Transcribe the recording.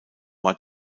war